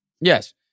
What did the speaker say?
Yes